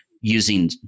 using